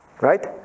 Right